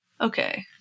okay